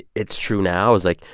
it's true now is, like,